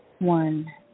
one